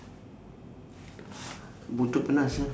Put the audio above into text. buntut penat sia